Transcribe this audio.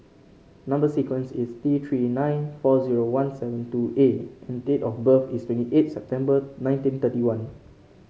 number sequence is T Three nine four zero one seven two A and date of birth is twenty eight September nineteen thirty one